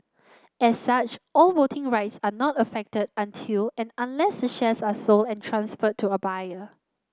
as such all voting rights are not affected until and unless the shares are sold and transferred to a buyer